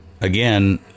again